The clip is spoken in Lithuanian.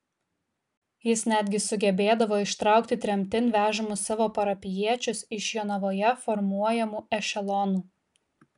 jis netgi sugebėdavo ištraukti tremtin vežamus savo parapijiečius iš jonavoje formuojamų ešelonų